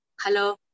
Hello